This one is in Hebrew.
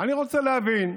אני רוצה להבין: